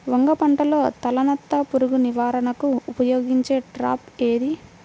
వంగ పంటలో తలనత్త పురుగు నివారణకు ఉపయోగించే ట్రాప్ ఏది?